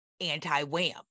anti-wham